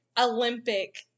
Olympic